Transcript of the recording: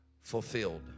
fulfilled